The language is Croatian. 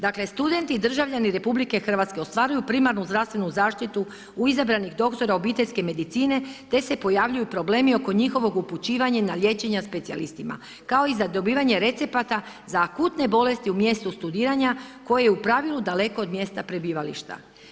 Dakle studenti i državljani RH ostvaruju primarnu zdravstvu zaštitu u izabranih doktora obiteljske medicine te se pojavljuju problemi oko njihovog upućivanja na liječenje specijalistima kao i za dobivanje recepata za akutne bolesti u mjestu studiranja koje je u pravilu daleko od mjesta prebivališta.